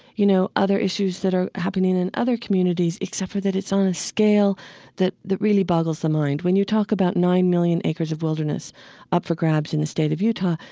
you know, other issues that are happening in other communities, except for that it's on a scale that that really boggles the mind. when you talk about nine million acres of wilderness up for grabs in the state of utah,